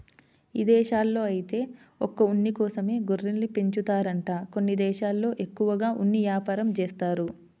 ఇదేశాల్లో ఐతే ఒక్క ఉన్ని కోసమే గొర్రెల్ని పెంచుతారంట కొన్ని దేశాల్లో ఎక్కువగా ఉన్ని యాపారం జేత్తారు